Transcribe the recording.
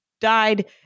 died